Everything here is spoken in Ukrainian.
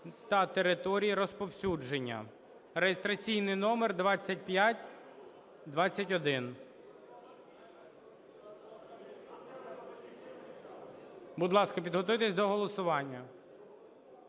та території розповсюдження) (реєстраційний номер 2521). Будь ласка, підготуйтеся до голосування.